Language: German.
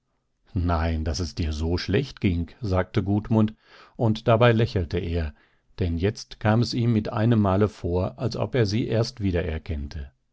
nein daß es dir so schlecht ging sagte gudmund und dabei lächelte er denn jetzt kam es ihm mit einem male vor als ob er sie erst wiedererkennte